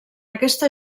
aquesta